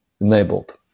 enabled